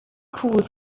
called